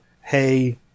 hey